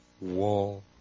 war